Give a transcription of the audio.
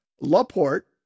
Laporte